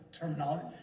terminology